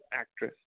actress